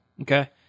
Okay